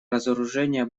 разоружение